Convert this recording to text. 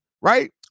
right